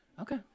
Okay